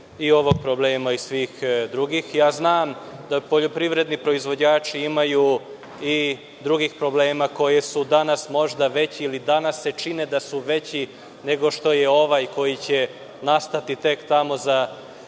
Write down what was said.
i ovog problema i svih drugih. Znam da poljoprivredni proizvođači imaju i drugih problema koji su danas možda veći ili se čini da su veći nego što je ovaj koji će nastati tek za